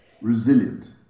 resilient